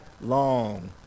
long